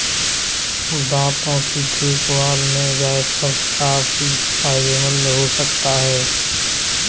दांतों की देखभाल में जायफल काफी फायदेमंद हो सकता है